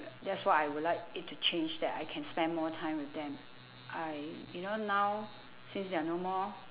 that's what I would like it to change that I can spend more time with them I you know now since they're no more